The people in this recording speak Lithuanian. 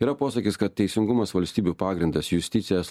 yra posakis kad teisingumas valstybių pagrindas justicijas